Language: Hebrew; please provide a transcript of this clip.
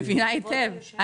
מבינה היטב.